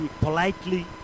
politely